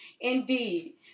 Indeed